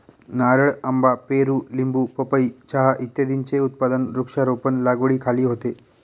नारळ, आंबा, पेरू, लिंबू, पपई, चहा इत्यादींचे उत्पादन वृक्षारोपण लागवडीखाली होते